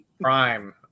Prime